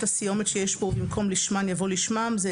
הסיומת שיש פה: "ובמקום "שלשמן" יבוא "שלשמם";".